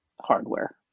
hardware